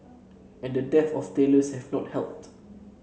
and the dearth of tailors have not helped